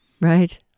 Right